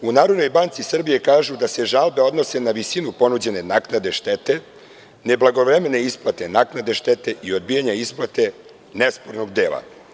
U NBS kažu da se žalbe odnose na visinu ponuđene naknade štete, neblagovremene isplate naknade štete i odbijanje isplate nespornog dela.